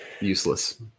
Useless